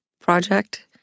project